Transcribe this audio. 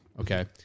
okay